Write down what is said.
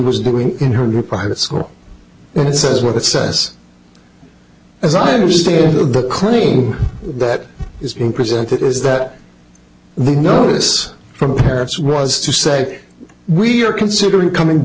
was doing in her private school and it says what it says as i understand the claim that is being presented is that the notice from the parents was to say we are considering coming